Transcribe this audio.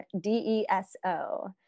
D-E-S-O